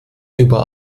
über